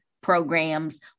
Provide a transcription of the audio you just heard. programs